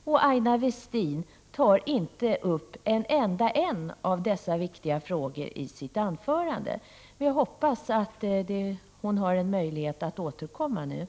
Men Aina Westin tar i sitt anförande inte upp en enda av dessa viktiga frågor. Hon har emellertid möjlighet att återkomma i replikerna.